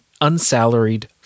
unsalaried